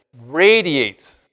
radiates